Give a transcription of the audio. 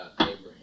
Abraham